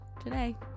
today